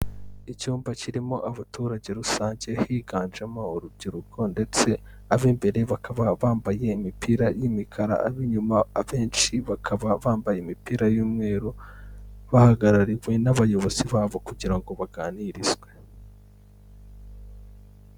Icyumba kirimo abaturage rusange, higanjemo urubyiruko ndetse ab'imbere bakaba bambaye imipira y'imikara, ab'inyuma abenshi bakaba bambaye imipira y'umweru, bahagarariwe n'abayobozi babo kugira ngo baganirizwe.